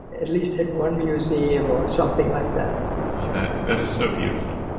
at least hit one museum or something like that that that is so beautiful.